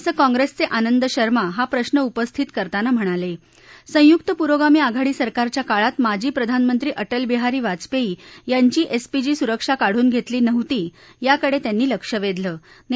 असं काँग्रस्ट्री आनंद शर्मा हा प्रश्न उपस्थित करताना म्हणाला अंयुक्त पुरोगामी आघाडी सरकारच्या काळात माजी प्रधानमंत्री अटलबिहारी वाजपद्वी यांची एसपीजी सुरक्षा काढून घत्तीी नव्हती याकडत्रिांनी लक्ष वध्तिं